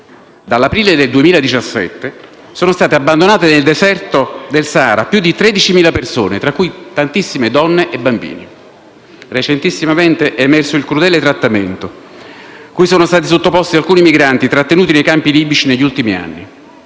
Dall'aprile del 2017 sono state abbandonate nel deserto del Sahara più di 13.000 persone, tra cui tantissime donne e bambini. Recentissimamente è emerso il crudele trattamento cui sono stati sottoposti alcuni migranti trattenuti nei campi libici negli ultimi anni: